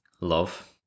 love